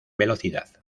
velocidad